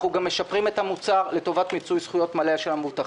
אנחנו גם משפרים את המוצר לטובת מיצוי זכויות מלא של המבוטחים.